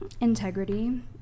Integrity